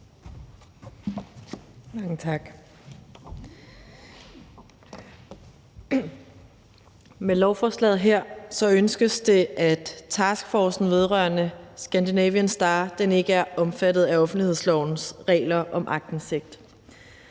Med lovforslaget her ønskes det, at taskforcen vedrørende »Scandinavian Star« ikke er omfattet af offentlighedslovens regler om aktindsigt.